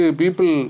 people